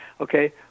Okay